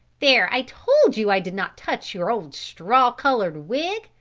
there, i told you i did not touch your old straw colored wig!